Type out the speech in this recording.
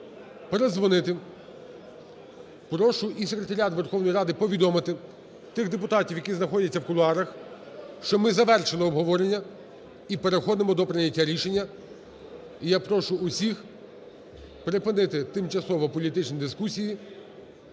Прошу і секретаріат Верховної Ради повідомити тих депутатів, які знаходяться в кулуарах, що ми завершили обговорення і переходимо до прийняття рішення. І я прошу всіх припинити тимчасово політичні дискусії,